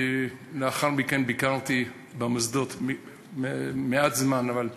לאחר מכן ביקרתי במוסדות, מעט זמן, אבל נדהמתי,